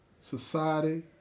society